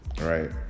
Right